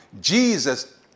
Jesus